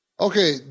Okay